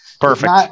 Perfect